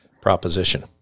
proposition